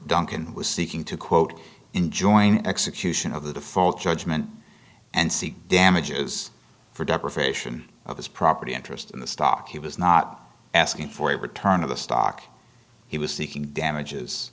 duncan was seeking to quote enjoin execution of the default judgment and seek damages for deprivation of his property interest in the stock he was not asking for a return of the stock he was seeking damages